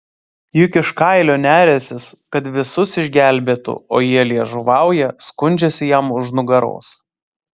juk iš kailio neriąsis kad visus išgelbėtų o jie liežuvauja skundžiasi jam už nugaros